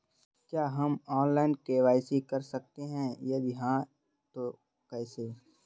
क्या हम online KYC कर सकते हैं यदि हाँ तो कैसे?